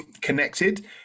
connected